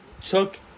took